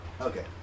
Okay